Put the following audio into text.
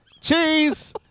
Cheese